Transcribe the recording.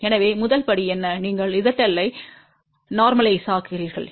எனவே முதல் படி என்ன நீங்கள் ZL ஐ இயல்பாக்குகிறீர்கள்